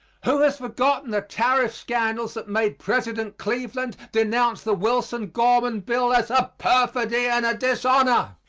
who has forgotten the tariff scandals that made president cleveland denounce the wilson-gorman bill as a perfidy and a dishonor?